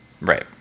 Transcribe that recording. right